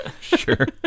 Sure